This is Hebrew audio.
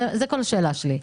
זאת כל השאלה שלי.